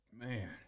Man